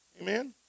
Amen